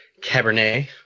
Cabernet